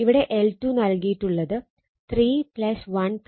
ഇവിടെ L2 നൽകിയിട്ടുള്ളത് 3 1 0